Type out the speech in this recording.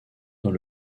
dans